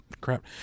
crap